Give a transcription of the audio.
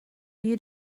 you